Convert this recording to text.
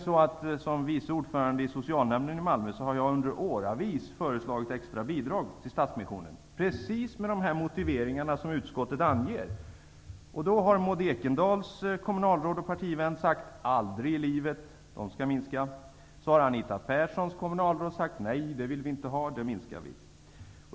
Som vice ordförande i socialnämnden i Malmö har jag nämligen i åratal föreslagit extra bidrag till Stadsmissionen, med precis de motiveringar som utskottet anger. Kommunalrådet på Maud Ekendahls hemort, som är hennes partivän, har sagt att man aldrig i livet skulle ge dessa extra bidrag, utan bidragen skall minska. Detsamma gäller kommunalarådet på Anita Perssons hemort, som har sagt att man inte vill tillföra några extra bidrag utan i stället skall minska på bidragen.